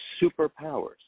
superpowers